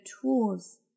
tools